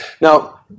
Now